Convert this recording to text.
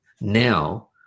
now